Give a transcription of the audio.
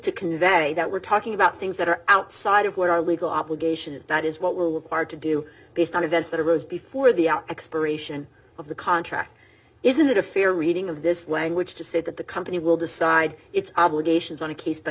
to convey that we're talking about things that are outside of what our legal obligation is not is what will work hard to do based on events that arose before the expiration of the contract isn't it a fair reading of this language to say that the company will decide its obligations on a case by